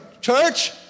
church